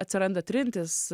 atsiranda trintys